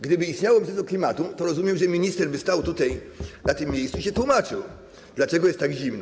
Gdyby istniało Ministerstwo Klimatu, to rozumiem, że minister by stał tutaj, na tym miejscu, i się tłumaczył, dlaczego jest tak zimno.